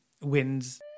wins